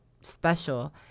special